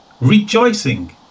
rejoicing